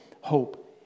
hope